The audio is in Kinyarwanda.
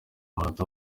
umunota